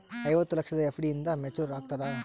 ಐವತ್ತು ಲಕ್ಷದ ಎಫ್.ಡಿ ಎಂದ ಮೇಚುರ್ ಆಗತದ?